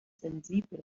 sensibel